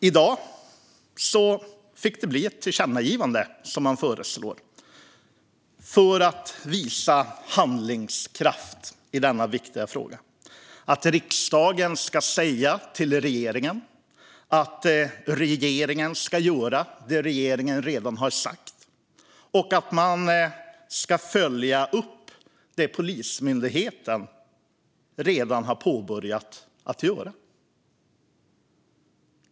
I dag föreslår man ett tillkännagivande för att visa handlingskraft i denna viktiga fråga, att riksdagen ska säga till regeringen att regeringen ska göra det regeringen redan har sagt och att man ska följa upp det Polismyndigheten redan har påbörjat.